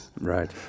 Right